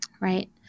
right